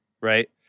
right